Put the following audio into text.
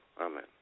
Amen